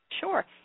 Sure